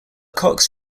cox